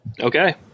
okay